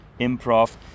improv